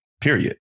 period